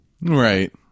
Right